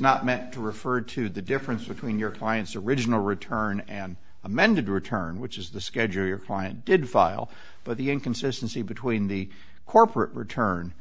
not meant to refer to the difference between your client's original return an amended return which is the schedule your client did file but the inconsistency between the corporate return